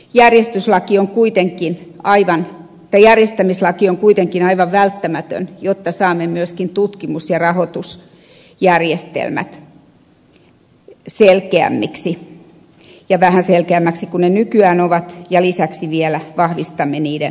järjestyslaki on kuitenkin aikaan ja järjestämislaki on kuitenkin aivan välttämätön jotta saamme myöskin tutkimus ja rahoitusjärjestelmät vähän nykyistä selkeämmiksi ja vahvistamme lisäksi niiden vaikuttavuutta